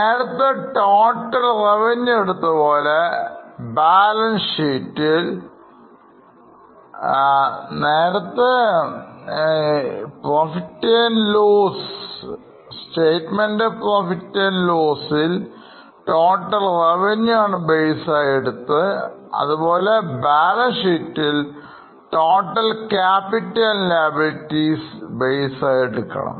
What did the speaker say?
നേരത്തെ total revenueഎടുത്തപോലെ Balance ഷീറ്റിൽ Total Capital and Liabilitiesഎന്നത് base ആയിഎടുക്കണം